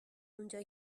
اونجا